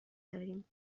داریم